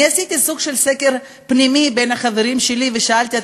עשיתי סוג של סקר פנימי בין החברים שלי ושאלתי את